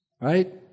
Right